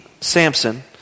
Samson